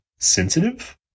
sensitive